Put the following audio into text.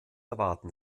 erwarten